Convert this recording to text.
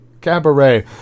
Cabaret